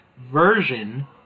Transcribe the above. version